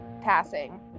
passing